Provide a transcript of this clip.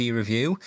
review